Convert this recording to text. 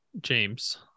james